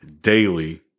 daily